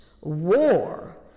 war